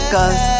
Cause